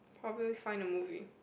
probably find a movie